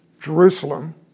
Jerusalem